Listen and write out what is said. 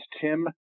Tim